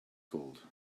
gold